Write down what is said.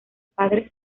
padres